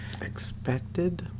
Expected